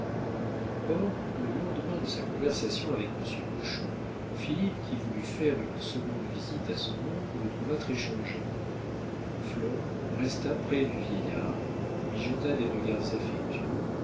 le lendemain de sa conversation avec monsieur hochon philippe qui voulut faire une seconde visite à son oncle le trouva très changé flore resta près du vieillard lui jeta des regards affectueux